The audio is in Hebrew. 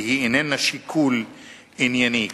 והיא אינה שיקול ענייני.